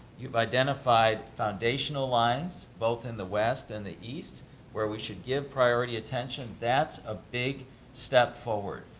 you've identified foundational lines, both in the west and the east where we should give priority attention. that's a big step forward.